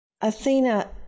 Athena